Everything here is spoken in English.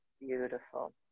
beautiful